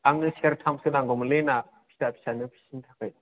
आंनो सेरथामसो नांगौमोनलै ना फिसा फिसानो फिसिनो थाखाय